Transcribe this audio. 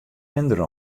minder